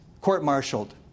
court-martialed